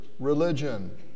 Religion